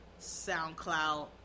SoundCloud